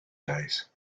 days